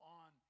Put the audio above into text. on